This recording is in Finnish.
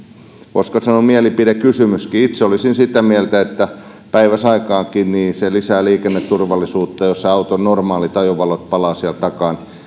hyvin voisiko sanoa mielipidekysymyskin itse olisin sitä mieltä että päiväsaikaankin se lisää liikenneturvallisuutta jos auton normaalit ajovalot palavat siellä takana